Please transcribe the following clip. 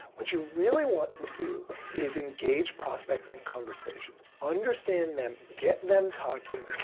what you really want to do is engage prospects in conversations. understand them, get them talking,